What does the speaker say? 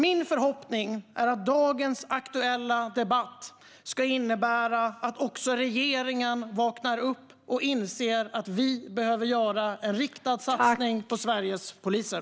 Min förhoppning är att dagens aktuella debatt ska innebära att också regeringen vaknar upp och inser att vi behöver göra en riktad satsning på Sveriges poliser.